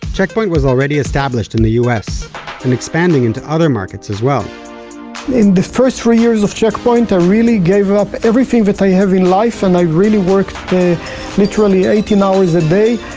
check point was already established in the us and expanding into other markets as well in the first three years of check point, i really gave up everything that i have in life and i really worked literally eighteen hours a day.